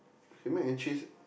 okay mac and cheese